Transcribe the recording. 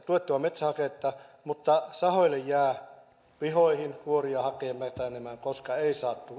tuettua metsähaketta mutta sahoille jää pihoihin kuori ja hake mätänemään koska ei saa